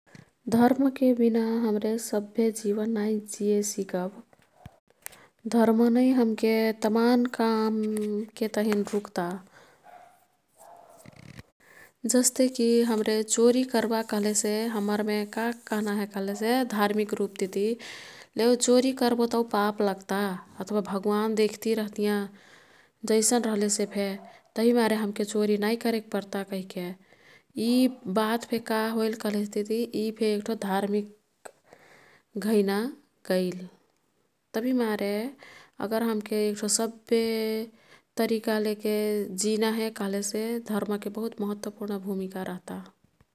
धर्मके बिना हाम्रे सभ्य जीवन नै जिए सिकब। धर्मनै हमके तमान कामके तहिन रुक्ता। जस्तेकी हाम्रे चोरी कर्बा कह्लेसे हमरमे का कह्ना हे कह्लेसे धार्मिक रुपतिती लेउ चोरी कर्बो तौ पाप लग्ता अथवा भगवान् दिख्ती रहतियाँ। जैसन रह्लेसेफे तभिमारे हमके चोरी नाई करेक पर्ता कहिके, यी बातफे का होइल कह्लेसतिती यी फे एक्ठो धार्मिक घैना गईल। तभिमारे अगर हमके एक्ठो सभ्य तरिका लैके जिनाहे कह्लेसे धर्मके बहुत महत्वपूर्ण भूमिका रह्ता